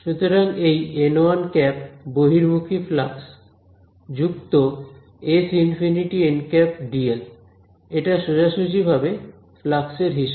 সুতরাং এই বহির্মুখী ফ্লাক্স যুক্ত S∞dl এটা সোজাসুজিভাবে ফ্লাক্সের হিসাব